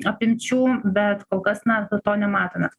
apimčių bet kol kas na to nematome